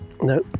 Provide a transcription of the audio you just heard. no